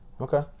Okay